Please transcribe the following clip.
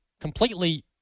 completely